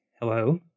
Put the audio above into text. hello